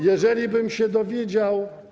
Jeżeli bym się dowiedział.